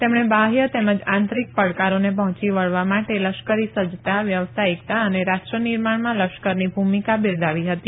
તેમણે બાહ્ય તેમજ આંતરિક પડકારોને પહોંચી વળવા માટે લશ્કરી સજજતા વ્યાવસાયિકતા અને રાષ્ટ્રનિર્માણમાં લશ્કરની ભૂમિકા બિરદાવી હતી